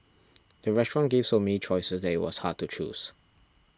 the restaurant gave so many choices that it was hard to choose